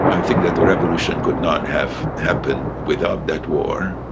and think that the revolution could not have happened without that war.